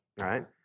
right